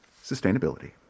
sustainability